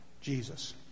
Jesus